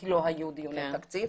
אבל אני תוהה מה יקרה בחצי השנה הזאת,